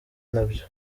nabyo